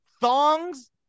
thongs